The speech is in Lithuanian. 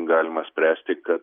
galima spręsti kad